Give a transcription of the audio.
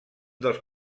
dels